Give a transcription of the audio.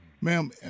Ma'am